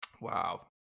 wow